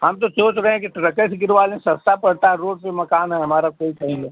हम तो सोच रहे हैं कि ट्रके से गिरवा लें सस्ता पड़ता है रोड पर मकान है हमारा कोई कहीं नहीं